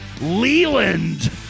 Leland